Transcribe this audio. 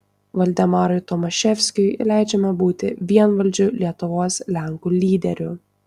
valdemarui tomaševskiui leidžiama būti vienvaldžiui lietuvos lenkų lyderiu